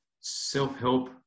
self-help